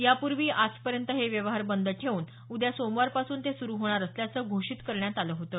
यापूर्वी आजपर्यंत हे व्यवहार बंद ठेऊन उद्या सोमवापासून ते सुरू होणार असल्याचं घोषित करण्यात आलं होतं